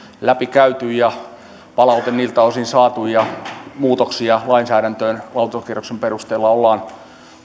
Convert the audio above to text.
läpikäyty ja palaute niiltä osin saatu ja muutoksia lainsäädäntöön lausuntokierroksen perusteella ollaan